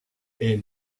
est